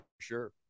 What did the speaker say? sure